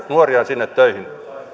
nuoria sinne töihin